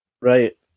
Right